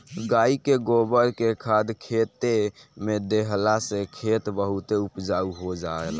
गाई के गोबर के खाद खेते में देहला से खेत बहुते उपजाऊ हो जाला